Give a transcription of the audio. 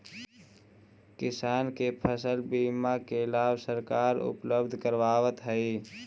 किसान के फसल बीमा के लाभ सरकार उपलब्ध करावऽ हइ